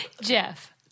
Jeff